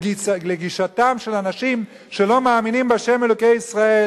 לגישתם של אנשים שלא מאמינים בה' אלוקי ישראל